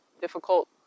difficult